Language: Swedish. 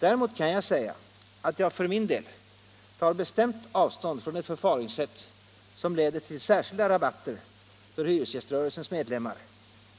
Däremot kan jag säga att jag för min del tar bestämt avstånd från ett förfaringssätt som leder till särskilda rabatter för hyresgäströrelsens medlemmar